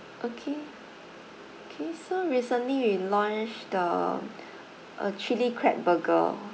okay okay so recently we launched the uh chili crab burger